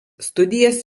studijas